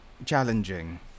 challenging